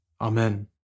Amen